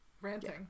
ranting